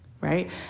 right